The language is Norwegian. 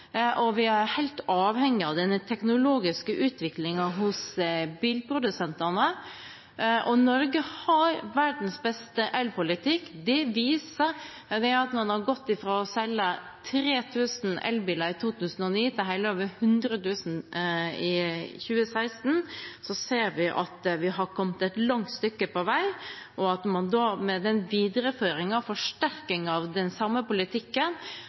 og vi er helt avhengig av den teknologiske utviklingen hos bilprodusentene. Norge har verdens beste elbilpolitikk, og det viser det at man har gått fra å selge 3 000 elbiler i 2009 til over 100 000 i 2016. Slik ser vi at vi har kommet et langt stykke på vei, og med videreføring og forsterking av den samme politikken